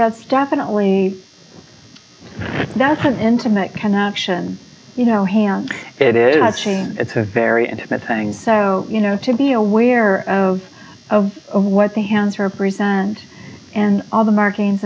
that's definitely that's an intimate connection you know hand it is such a it's a very intimate thing so you know to be aware of what the hands are present and all the markings